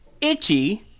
itchy